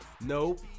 Nope